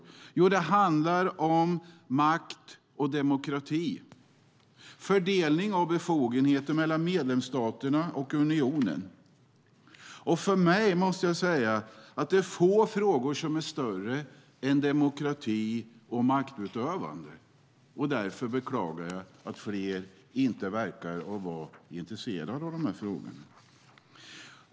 Jo, det handlar om makt och demokrati och fördelning av befogenheter mellan medlemsstaterna och unionen. För mig är få frågor större än demokrati och maktutövande, och därför beklagar jag att inte fler verkar vara intresserade.